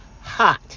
hot